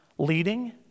Leading